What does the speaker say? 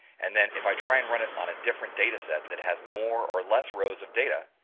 and then if i try and run it on a different data set that has more or less rows of data,